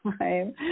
time